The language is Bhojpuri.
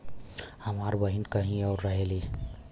हमार बहिन कहीं और रहेली